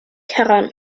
heran